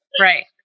Right